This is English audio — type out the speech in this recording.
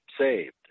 saved